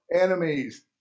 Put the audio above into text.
enemies